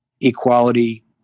equality